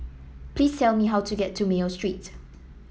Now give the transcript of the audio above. please tell me how to get to Mayo Street